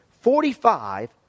forty-five